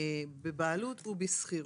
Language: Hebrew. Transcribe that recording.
בבעלות ובשכירות.